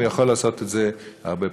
הוא יוכל לעשות את זה הרבה פחות.